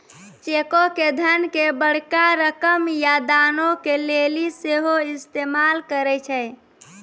चेको के धन के बड़का रकम या दानो के लेली सेहो इस्तेमाल करै छै